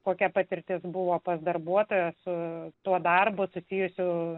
kokia patirtis buvo pas darbuotoją su tuo darbu susijusiu